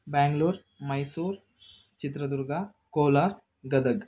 Bengaluru Mysuru Chitradurga Kolar Gadag